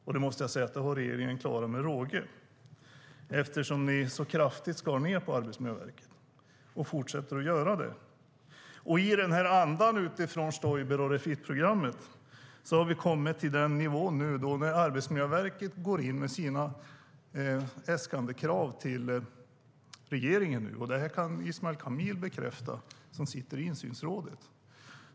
Jag måste säga att regeringen har klarat det med råge, eftersom man skar ned på Arbetsmiljöverket kraftigt och fortsätter att göra det. I den här andan, utifrån Stoiber och Refit-programmet, har vi nu kommit till den nivå när Arbetsmiljöverket går in med sina äskanden till regeringen - det här kan Ismail Kamil bekräfta; han sitter i insynsrådet.